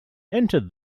entered